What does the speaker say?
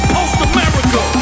Post-America